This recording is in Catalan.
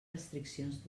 restriccions